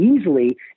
easily